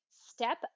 Step